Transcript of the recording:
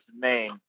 Maine